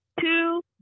two